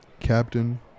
Captain